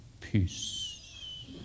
peace